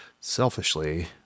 selfishly